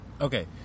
Okay